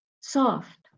soft